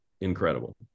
incredible